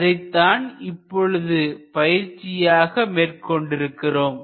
அதைத்தான் இப்பொழுது பயிற்சியாக மேற்கொண்டிருக்கிறோம்